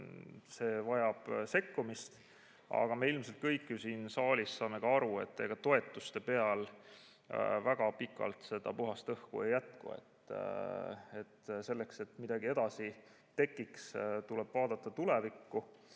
vajab sekkumist. Aga me ilmselt kõik siin saalis ju saame aru, et ega toetuste peal väga pikalt seda puhast õhku ei jätku. Selleks, et midagi edasi tekiks, tuleb vaadata tulevikku,